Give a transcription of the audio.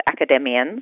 academians